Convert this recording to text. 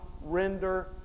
render